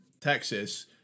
Texas